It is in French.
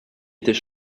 était